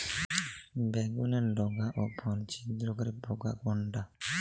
বেগুনের ডগা ও ফল ছিদ্রকারী পোকা কোনটা?